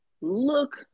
look